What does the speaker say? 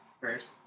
first